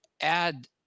add